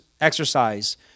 exercise